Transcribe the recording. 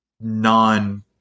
non